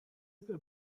über